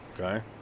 Okay